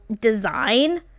design